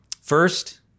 First